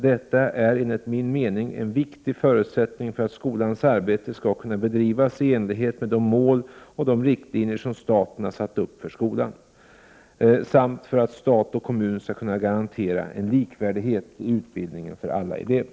Detta är enligt min mening en viktig förutsättning för att skolans arbete skall kunna bedrivas i enlighet med de mål och riktlinjer som staten har satt upp för skolan, samt för att stat och kommun skall kunna garantera en likvärdighet i utbildningen för alla elever.